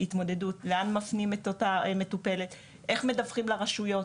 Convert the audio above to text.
התמודדות בהקשר של לאן מפנים את אותה המטופלת ואיך מדווחים לרשויות.